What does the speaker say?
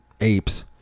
apes